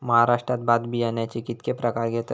महाराष्ट्रात भात बियाण्याचे कीतके प्रकार घेतत?